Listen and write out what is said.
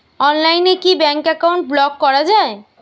অনলাইনে কি bank account block করা য়ায়?